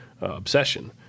Obsession